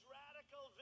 radical